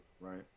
Right